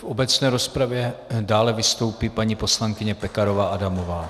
V obecné rozpravě dále vystoupí paní poslankyně Pekarová Adamová.